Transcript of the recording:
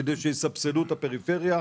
כדי שיסבסדו את הפריפריה.